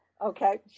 Okay